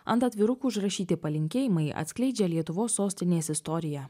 ant atvirukų užrašyti palinkėjimai atskleidžia lietuvos sostinės istoriją